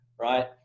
right